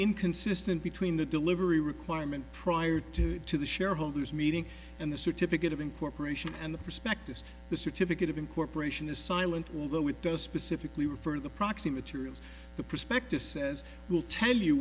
inconsistent between the delivery requirement prior to to the shareholders meeting and the certificate of incorporation and the prospectus the certificate of incorporation is silent although it does specifically refer the proxy materials the prospectus says will tell you